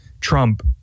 Trump